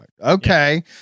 Okay